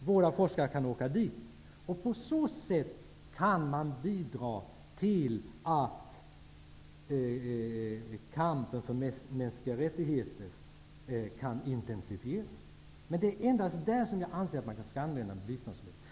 och våra forskare kan åka till dessa länder. På så sätt kan vi bidra till att kampen för de mänskliga rättigheterna kan intensifieras. Det är endast så jag anser att man bör använda biståndsmedel.